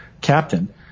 captain